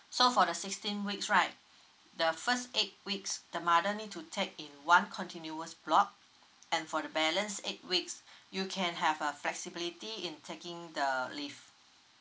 so for the sixteen weeks right the first eight weeks the mother need to take in one continuous block and for the balance eight weeks you can have a flexibility in taking the uh leave